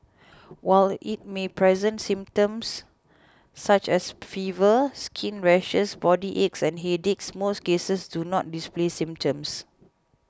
while it may present symptoms such as fever skin rashes body aches and headache most cases do not display symptoms